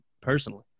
personally